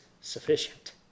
sufficient